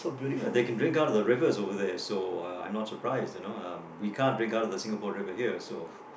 ya they can drink out of the river over there so I'm not surprised you know um we can't drink out of the Singapore River here so